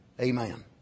Amen